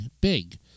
Big